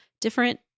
different